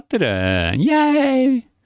yay